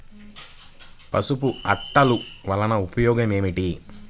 పసుపు అట్టలు వలన ఉపయోగం ఏమిటి?